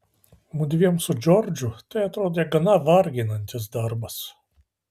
mudviem su džordžu tai atrodė gana varginantis darbas